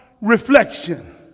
reflection